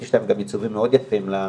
יש להם גם עיצובים יפים מאוד לפרסומים.